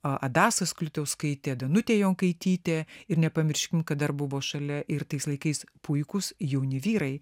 adasa skliutauskaitė danutė jonkaitytė ir nepamirškim kad dar buvo šalia ir tais laikais puikūs jauni vyrai